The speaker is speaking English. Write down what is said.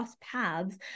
paths